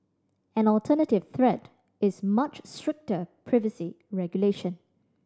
an alternative threat is much stricter privacy regulation